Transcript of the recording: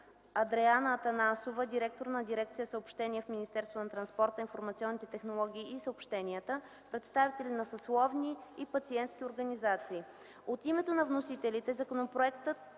Адреана Атанасова, директор на Дирекция „Съобщения” в Министерството на транспорта, информационните технологии и съобщенията, представители на съсловни и пациентски организации. От името на вносителите законопроектът